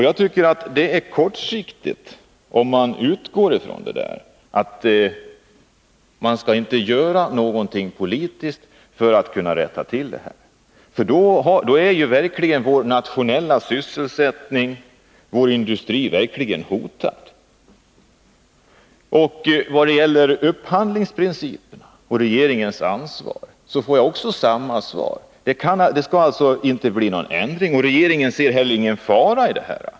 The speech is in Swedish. Jag tycker att det är kortsiktigt, om man utgår från att man inte skall göra något politiskt för att rätta till saken. Då är ju vår nationella sysselsättning och vår industri verkligen hotade. I vad gäller upphandlingsprinciperna och regeringens ansvar får jag också samma svar: Det skall inte bli någon ändring, och regeringen ser heller ingen fara i detta.